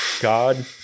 god